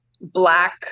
black